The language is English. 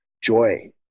joy